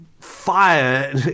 fire